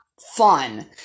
fun